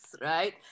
Right